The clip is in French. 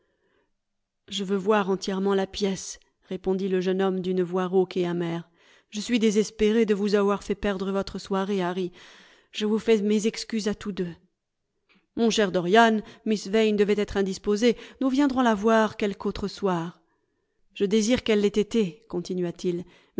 je veux voir entièrement la pièce répondit le jeune homme d'une voix rauque et amère je suis désespéré de vous avoir fait perdre votre soirée harry je vous fais mes excuses à tous deux mon cher dorian miss yane devait être indisposée nous viendrons la voir quelque autre soir je désire qu'elle l'ait été